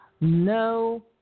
No